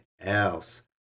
else